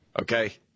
Okay